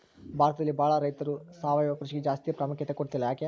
ಭಾರತದಲ್ಲಿ ಬಹಳ ರೈತರು ಸಾವಯವ ಕೃಷಿಗೆ ಜಾಸ್ತಿ ಪ್ರಾಮುಖ್ಯತೆ ಕೊಡ್ತಿಲ್ಲ ಯಾಕೆ?